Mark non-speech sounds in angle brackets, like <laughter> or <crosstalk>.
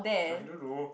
<breath> I don't know